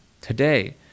today